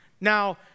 Now